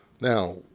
Now